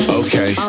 okay